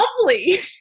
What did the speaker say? lovely